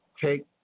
take